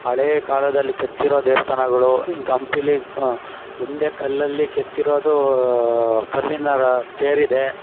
ಹಳೆಯ ಕಾಲದಲ್ಲಿ ಕೆತ್ತಿರೋ ದೇವಸ್ಥಾನಗಳು ಇಂಕ್ ಹಂಪೀಲಿ ಕ ಒಂದೇ ಕಲ್ಲಲ್ಲಿ ಕೆತ್ತಿರೋದು ಕಲ್ಲಿನ ರ ತೇರಿದೆ